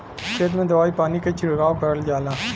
खेत में दवाई पानी के छिड़काव करल जाला